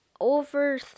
over